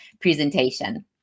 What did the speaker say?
presentation